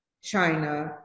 China